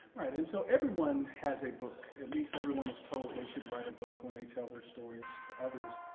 right and so everyone has a book at least everyone is told they should write a book when they tell their stories. to others.